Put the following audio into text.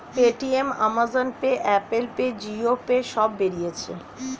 Paytm, Amazon pay, Apple pay, Jio pay সব বেরিয়েছে